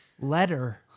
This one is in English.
Letter